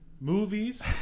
movies